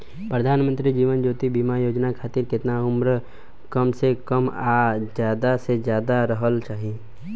प्रधानमंत्री जीवन ज्योती बीमा योजना खातिर केतना उम्र कम से कम आ ज्यादा से ज्यादा रहल चाहि?